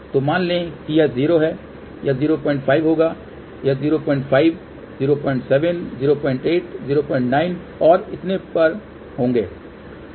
तो मान लें कि यह 0 है यह 05 होगा यह 05 07 08 09 और इतने पर होगा